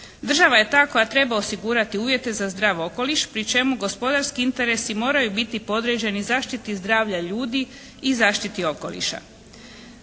Država je ta koja treba osigurati uvjete za zdrav okoliš pri čemu gospodarski interesi moraju biti podređeni zaštiti zdravlja ljudi i zaštiti okoliša.